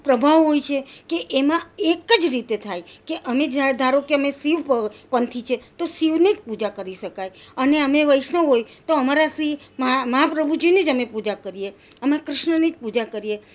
પ્રભાવ હોય છે કે એમાં એક જ રીતે થાય કે અને જ્યારે ધારો કે અમે શિવ પવ પંથી છે તો શિવની જ પૂજા કરી શકાય અને અમે વૈષ્ણવ હોય તો અમારાથી મહા પ્રભુજીની જ અમે પૂજા કરીએ અમે કૃષ્ણની જ પૂજા કરીએ